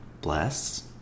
bless